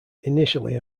initially